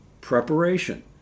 Preparation